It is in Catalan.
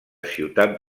ciutat